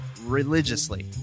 religiously